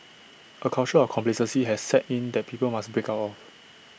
A culture of complacency has set in that people must break out of